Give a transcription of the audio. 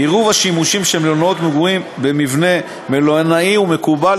עירוב השימושים של מלונאות מגורים במבנה מלונאי הוא מקובל